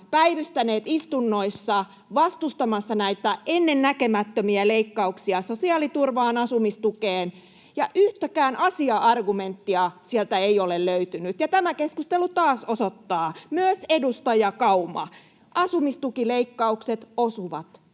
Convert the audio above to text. päivystäneet istunnoissa vastustamassa näitä ennennäkemättömiä leikkauksia sosiaaliturvaan ja asumistukeen, ja yhtäkään asia-argumenttia sieltä ei ole löytynyt. Tämä keskustelu taas osoittaa myös, edustaja Kauma, että asumistukileikkaukset osuvat